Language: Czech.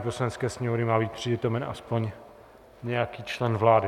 Poslanecké sněmovny má být přítomen aspoň nějaký člen vlády.